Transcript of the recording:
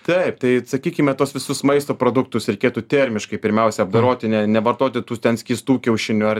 taip tai sakykime tuos visus maisto produktus reikėtų termiškai pirmiausia apdoroti ne nevartoti tų ten skystų kiaušinių ar